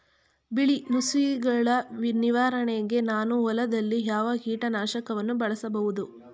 ಬಿಳಿ ನುಸಿಗಳ ನಿವಾರಣೆಗೆ ನಾನು ಹೊಲದಲ್ಲಿ ಯಾವ ಕೀಟ ನಾಶಕವನ್ನು ಬಳಸಬಹುದು?